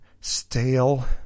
stale